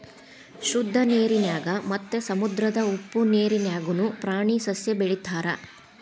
ಶುದ್ದ ನೇರಿನ್ಯಾಗ ಮತ್ತ ಸಮುದ್ರದ ಉಪ್ಪ ನೇರಿನ್ಯಾಗುನು ಪ್ರಾಣಿ ಸಸ್ಯಾ ಬೆಳಿತಾರ